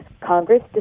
Congress